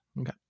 Okay